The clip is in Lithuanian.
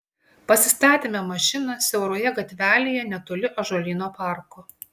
pasistatėme mašiną siauroje gatvelėje netoli ąžuolyno parko